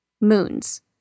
moons